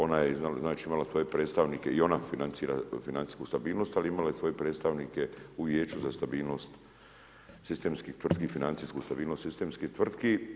Ona je imala svoje predstavnike i ona financira financijsku stabilnost, ali je imala svoje predstavnike u vijeću za stabilnost sistemskih tvrtki, financijsku stabilnost sistemskih tvrtki.